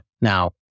Now